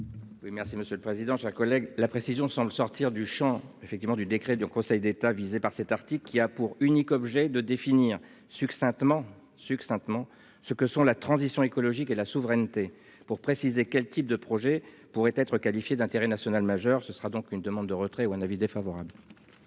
merci monsieur le président. Chers collègues, la précision sans le sortir du Champ effectivement du décret du Conseil d'État visé par cet article qui a pour unique objet de définir succinctement succinctement ce que sont la transition écologique et la souveraineté pour préciser quel type de projets pourraient être qualifiées d'intérêt national majeur ce sera donc une demande de retrait ou un avis défavorable.